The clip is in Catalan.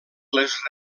les